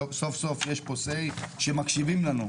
סוף סוף יש פה אמירה שמקשיבים לנו.